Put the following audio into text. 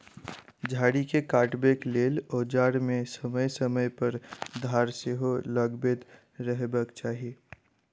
झाड़ी के काटबाक लेल औजार मे समय समय पर धार सेहो लगबैत रहबाक चाही